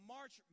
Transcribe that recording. March